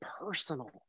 personal